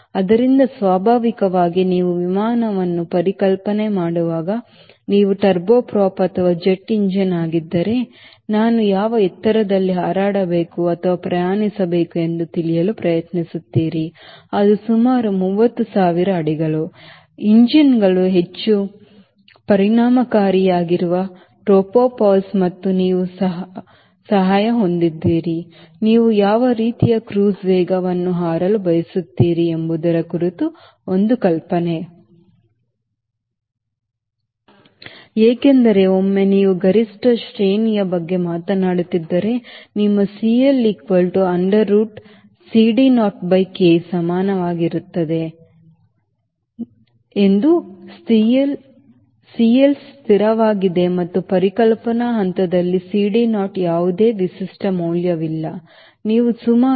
ಆದ್ದರಿಂದ ಸ್ವಾಭಾವಿಕವಾಗಿ ನೀವು ವಿಮಾನವನ್ನು ಪರಿಕಲ್ಪನೆ ಮಾಡುವಾಗ ನೀವು ಟರ್ಬೊ ಪ್ರಾಪ್ ಅಥವಾ ಜೆಟ್ ಎಂಜಿನ್ ಆಗಿದ್ದರೆ ನಾನು ಯಾವ ಎತ್ತರದಲ್ಲಿ ಹಾರಾಡಬೇಕು ಅಥವಾ ಪ್ರಯಾಣಿಸಬೇಕು ಎಂದು ತಿಳಿಯಲು ಪ್ರಯತ್ನಿಸುತ್ತೀರಿ ಅದು ಸುಮಾರು 30000 ಅಡಿಗಳು ಎಂಜಿನ್ಗಳು ಹೆಚ್ಚು ಪರಿಣಾಮಕಾರಿಯಾಗಿರುವ ಟ್ರೋಪೋಪಾಸ್ ಮತ್ತು ನೀವು ಸಹ ಹೊಂದಿದ್ದೀರಿ ನೀವು ಯಾವ ರೀತಿಯ ಕ್ರೂಸ್ ವೇಗವನ್ನು ಹಾರಲು ಬಯಸುತ್ತೀರಿ ಎಂಬುದರ ಕುರಿತು ಒಂದು ಕಲ್ಪನೆ ಏಕೆಂದರೆ ಒಮ್ಮೆ ನೀವು ಗರಿಷ್ಠ ಶ್ರೇಣಿಯ ಬಗ್ಗೆ ಮಾತನಾಡುತ್ತಿದ್ದರೆ ನಿಮ್ಮ CL equal to under root CD naught by K ಸಮನಾಗಿರುತ್ತದೆ ಎಂದು CL ಸ್ಥಿರವಾಗಿದೆ ಮತ್ತು ಪರಿಕಲ್ಪನಾ ಹಂತದಲ್ಲಿ CD naught ಯಾವುದೇ ವಿಶಿಷ್ಟ ಮೌಲ್ಯವಿಲ್ಲ ನೀವು ಸುಮಾರು 0